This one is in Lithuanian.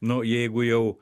nu jeigu jau